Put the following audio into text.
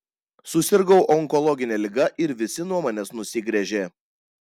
susirgau onkologine liga ir visi nuo manęs nusigręžė